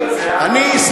חברת הכנסת,